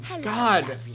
God